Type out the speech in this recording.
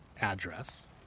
address